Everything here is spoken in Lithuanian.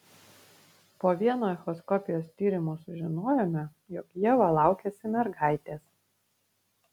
po vieno echoskopijos tyrimo sužinojome jog ieva laukiasi mergaitės